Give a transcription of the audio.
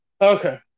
Okay